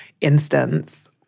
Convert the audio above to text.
instance